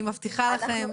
אני מבטיחה לכן.